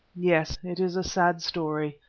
yes, it is a sad story,